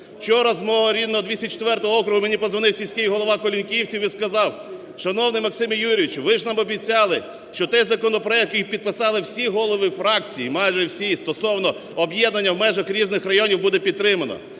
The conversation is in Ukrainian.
Вчора з мого рідного 204 округу мені подзвонив сільський голова Колінківців і сказав: "Шановний Максиме Юрійовичу, ви ж нам обіцяли, що той законопроект, який підписали всі голови фракцій, майже всі, стосовно об'єднання в межах різних районів, буде підтримано.